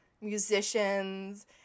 musicians